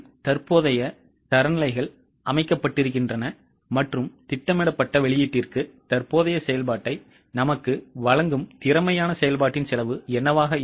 தற்போதைய தரநிலைகள் அமைக்கப்பட்டிருக்கின்றன மற்றும் திட்டமிடப்பட்ட வெளியீட்டிற்கு தற்போதைய செயல்பாட்டை நமக்கு வழங்கும் திறமையான செயல்பாட்டின் செலவு என்னவாக இருக்கும்